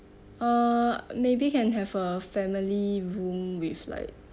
uh maybe can have a family room with like